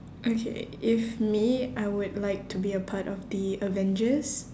okay if me I would like to be a part of the avengers